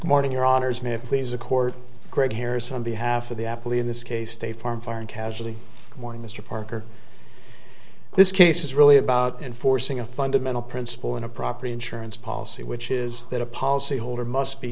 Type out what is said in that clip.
morning your honour's may please accord grey hairs on behalf of the apple in this case state farm foreign casually good morning mr parker this case is really about enforcing a fundamental principle in a property insurance policy which is that a policy holder must be